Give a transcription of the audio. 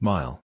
Mile